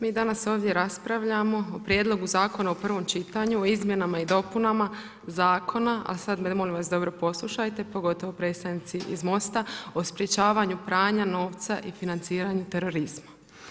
Mi danas ovdje raspravljamo o Prijedlog zakona u prvom čitanju, o izmjenama i dopunama zakona, a sad me molim vas dobro poslušajte, pogotovo predstavnici iz MOST-a, o sprečavanju pranja novca i financiranju terorizma.